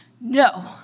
no